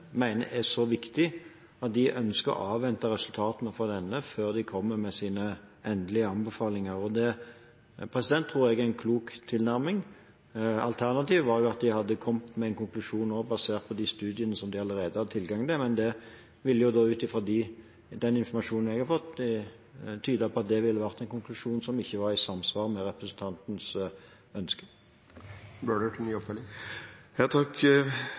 er så viktig at de ønsker å avvente resultatene fra denne før de kommer med sine endelige anbefalinger. Det tror jeg er en klok tilnærming. Alternativet var at de nå hadde kommet med en konklusjon basert på studiene de allerede har tilgang til, men det kan – ut fra den informasjonen jeg har fått – tyde på at det ville vært en konklusjon som ikke var i samsvar med representantens ønsker. Takk også for oppfølgingssvaret. Denne gruppen har jo rettigheter i henhold til